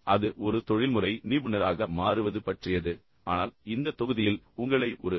இப்போது அது ஒரு தொழில்முறை நிபுணராக மாறுவது பற்றியது ஆனால் இந்த தொகுதியில் உங்களை ஒரு